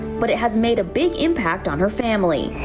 but it has made a big impact on her family.